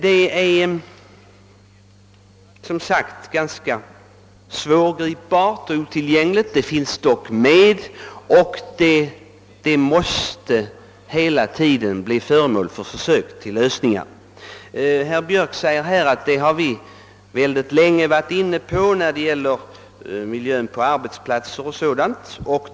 Dessa värden är som sagt ganska svårgripbara men de finns dock med i bilden, och problemen i samband härmed måste hela tiden bli föremål för försök till lösningar. Herr Björk sade att man redan mycket länge varit inne på detta när det gäller miljön på arbetsplatser och liknande.